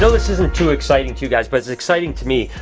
so this isn't too exciting to you guys, but it's exciting to me.